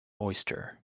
oyster